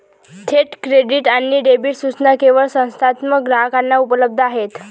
थेट क्रेडिट आणि डेबिट सूचना केवळ संस्थात्मक ग्राहकांना उपलब्ध आहेत